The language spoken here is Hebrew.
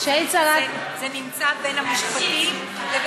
זה נמצא בין המשפטים לבין,